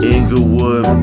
Inglewood